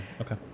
Okay